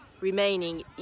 remaining